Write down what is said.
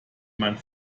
mein